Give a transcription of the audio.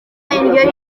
indyo